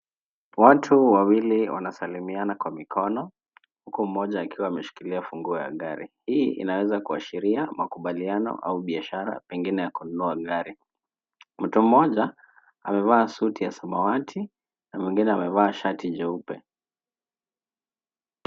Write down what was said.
Watu wawili wanasalimiana kwa mikono huku mmoja akiwa ameshikilia funguo ya gari. Hii inaweza kuashiria makubaliano au biashara pengine ya kununua gari. Mtu mmoja amevaa suti ya samawati na mwengine amevaa shati jeupe.